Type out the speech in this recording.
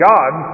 God